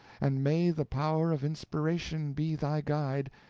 and may the power of inspiration be thy guide,